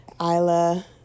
Isla